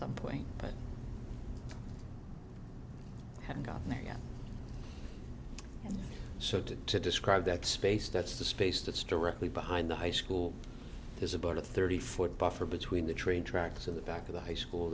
some point but haven't gotten there yet so to to describe that space that's the space to store really behind the high school is about a thirty foot buffer between the train tracks in the back of the high school